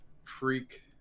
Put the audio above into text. freak